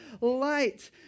light